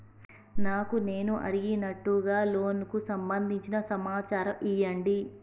నాకు నేను అడిగినట్టుగా లోనుకు సంబందించిన సమాచారం ఇయ్యండి?